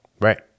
Right